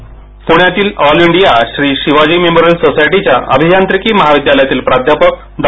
पृण्यातील all India Shri Shivaji memorial सोसायटीच्या अभियांत्रिकी महाविद्यालयातील प्राध्यापक डॉ